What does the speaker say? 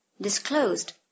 disclosed